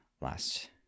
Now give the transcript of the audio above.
last